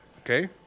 okay